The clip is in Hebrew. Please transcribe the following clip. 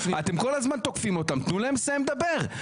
אתם כל הזמן תוקפים אותם, תנו להם לסיים לדבר.